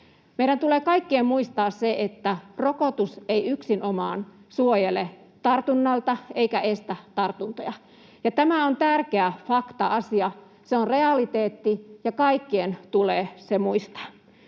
Meidän tulee kaikkien muistaa se, että rokotus ei yksinomaan suojele tartunnalta eikä estä tartuntoja: Tämä on tärkeä fakta-asia. Se on realiteetti, ja kaikkien tulee se muistaa.